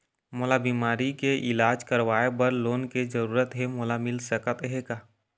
मोला बीमारी के इलाज करवाए बर लोन के जरूरत हे मोला मिल सकत हे का?